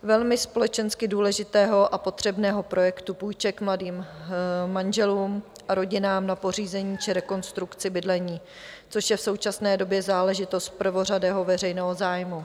Velmi společensky důležitého a potřebného projektu půjček mladým manželům a rodinám na pořízení či rekonstrukci bydlení, což je v současné době záležitost prvořadého veřejného zájmu.